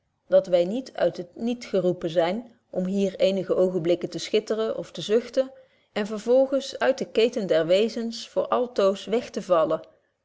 dat wy niet uit het niet geroepen zyn om hier eenige oogenblikken te schitteren of te zuchten en vervolgens uit den keten der wezens voor altoos weg te vallen